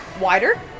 wider